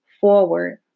forward